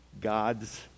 God's